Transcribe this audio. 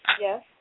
Yes